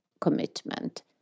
commitment